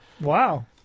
Wow